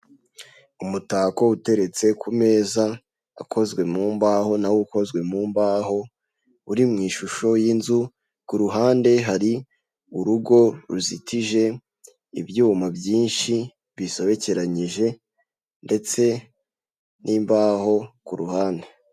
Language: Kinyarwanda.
Umutako uteretse ku meza, ukozwe mu mbaho nawo ukozwe mu mbaho, uri mu ishusho y'inzu, ku ruhande hari urugo ruzitije ibyuma byinshi bisobekeranyije, ndetse n'imbaho kuru ruhande.